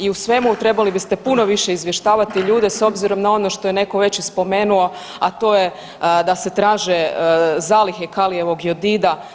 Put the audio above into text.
I u svemu trebali biste puno više izvještavati ljude s obzirom na ono što je neko veče spomenuo, a to je da se traže zalihe kalijevog jodida.